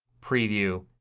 preview,